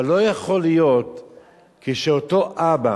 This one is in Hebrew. אבל לא יכול להיות שאותו אבא